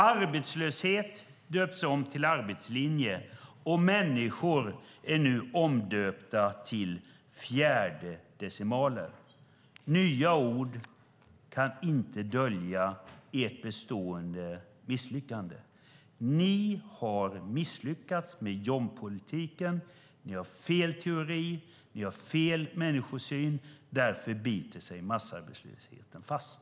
Arbetslöshet döps om till arbetslinje och människor är nu omdöpta till fjärdedecimaler. Nya ord kan inte dölja ert bestående misslyckande. Ni har misslyckats med jobbpolitiken. Ni har fel teori. Ni har fel människosyn. Därför biter sig massarbetslösheten fast.